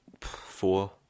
four